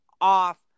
off